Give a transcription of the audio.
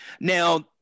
Now